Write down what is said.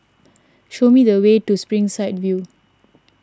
show me the way to Springside View